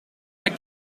hek